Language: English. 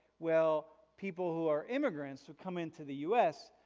well. people who are immigrants who come into the u s,